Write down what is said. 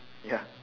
ya